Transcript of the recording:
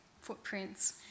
footprints